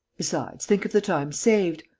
besides, think of the time saved!